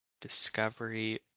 Discovery